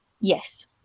Yes